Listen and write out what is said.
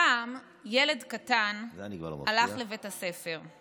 פעם ילד קטן הלך לבית הספר.